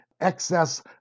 excess